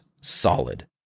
solid